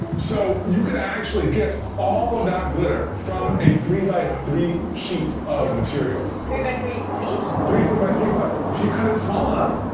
so you could actually get all of that glitter from a three by three sheet of material. three by three feet? three foot by three foot. if you cut it small enough.